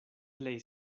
plej